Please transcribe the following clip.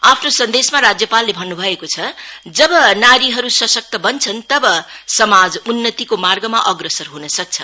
आफ्नो सन्देशमा राज्यपालले भन्न् भएको छ जब नारीहरू सशक्त बन्छन् तब समाज उन्नतिको मार्गमा अग्रसर हन सक्छ